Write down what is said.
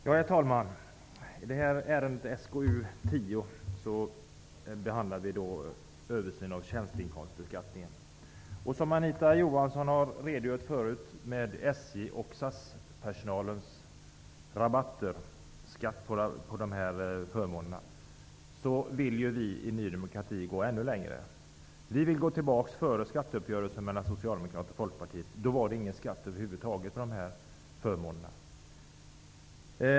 Herr talman! I det här ärendet, SkU10, behandlar vi översyn av tjänsteinkomstbeskattningen. Anita Johansson har redogjort för skatten på förmåner för personalen i SJ och SAS. Vi i Ny demokrati vill gå ännu längre. Vi vill gå tillbaks till det som gällde före skatteuppgörelsen mellan Socialdemokraterna och Folkpartiet. Då var det ingen skatt över huvud taget på de här förmånerna.